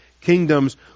kingdoms